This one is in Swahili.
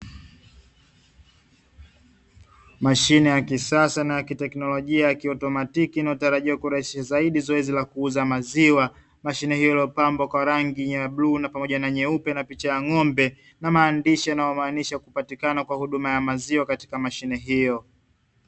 Mashine ya kisasa na ya kiteknolojia ya kiautomatiki inayotarajiwa kurahisisha zaidi zoezi la kuuza maziwa. mashine hiyo iliyopambwa kwa rangi ya bluu pamoja na nyeupe na picha ya ng'ombe na maandishi yanayomaanisha kupatikana kwa huduma ya maziwa katika mashine hiyo.